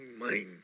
mind